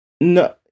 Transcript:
No